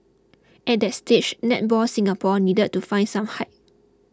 at that stage Netball Singapore needed to find some height